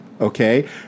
okay